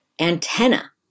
antenna